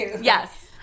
yes